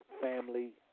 family